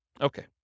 Okay